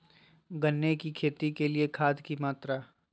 गन्ने की खेती के लिए खाद की मात्रा?